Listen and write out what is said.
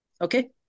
Okay